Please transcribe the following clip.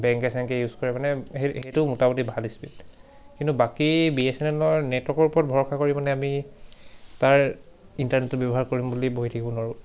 বেংকে চেংকে ইউজ কৰে মানে সেই সেইটো মোটামুটি ভাল স্পীড কিন্তু বাকী বি এছ এন এল ৰ নেটৱৰ্কৰ ওপৰত ভৰসা কৰি মানে আমি তাৰ ইণ্টাৰনেটটো ব্যৱহাৰ কৰিম বুলি বহি থাকিব নোৱাৰোঁ